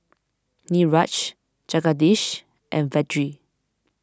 Niraj Jagadish and Vedre